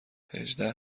هجده